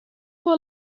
for